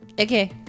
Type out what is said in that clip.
Okay